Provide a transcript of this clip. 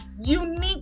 unique